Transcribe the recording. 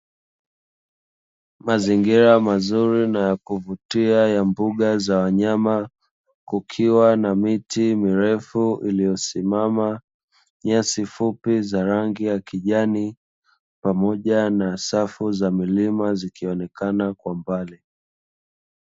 Mazingira mazuri na ya kuvutia ya mbuga za wanyama, kukiwa na miti mirefu iliyosimama, nyasi fupi za rangi ya kijani, pamoja na safu za milima zikionekana kwa mbali.